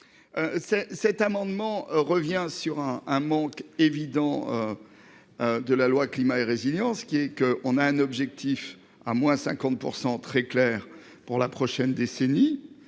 cet amendement revient sur un, un manque évident. De la loi climat et résilience, qui est que on a un objectif à moins 50% très clair pour la prochaine décennie